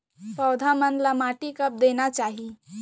पौधा मन ला माटी कब देना चाही?